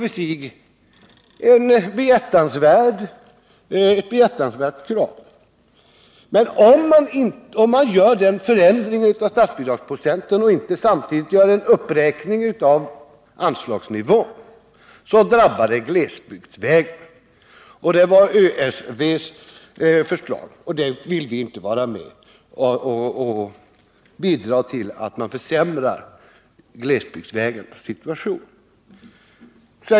Det är i och för sig ett behjärtansvärt krav. Men en sådan förändring av statsbidragsprocenten drabbar glesbygdsvägarna om man inte samtidigt höjer anslagsnivån. Vi vill inte såsom ÖSEV bidra till att försämra glesbygdsvägarna.